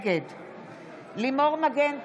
נגד לימור מגן תלם,